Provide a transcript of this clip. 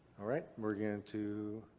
alright. we're going to